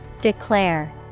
Declare